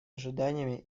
ожиданиями